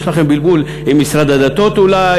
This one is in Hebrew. יש לכן בלבול עם משרד הדתות אולי,